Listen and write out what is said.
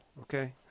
Okay